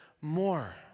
more